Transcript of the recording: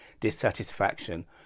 dissatisfaction